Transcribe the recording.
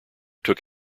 took